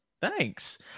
thanks